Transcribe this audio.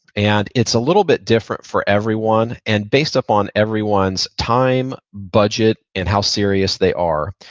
and it's a little bit different for everyone, and based upon everyone's time, budget, and how serious they are.